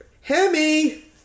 Hemi